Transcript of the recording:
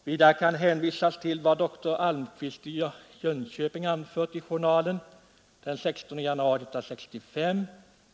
Vidare kan hänvisas till vad doktor Almqvist i Jönköping skrivit i journalen den 16 januari 1965.